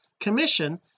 commission